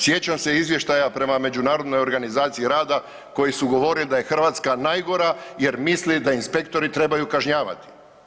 Sjećam se izvještaja prema Međunarodnoj organizaciji rada koji su govorili da je Hrvatska najgora jer misle da inspektori trebaju kažnjavati.